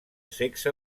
sexe